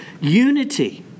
unity